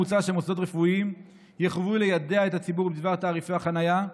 מוצע שמוסדות רפואיים יחויבו ליידע את הציבור בדבר תעריפי החניה,